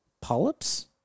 polyps